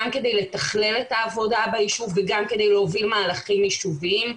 גם כדי לתכלל את העבודה ביישוב וגם כדי להוביל מהלכים יישוביים.